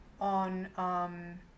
on